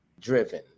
driven